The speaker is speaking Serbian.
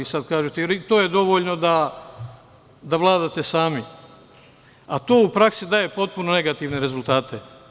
To je dovoljno da vladate sami, a to u praksi daje potpuno negativne rezultate.